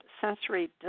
sensory